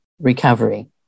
recovery